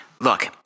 Look